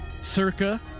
Circa